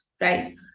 right